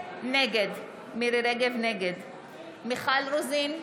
נגד מיכל רוזין,